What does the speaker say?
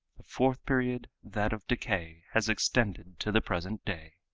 the fourth period, that of decay, has extended to the present day.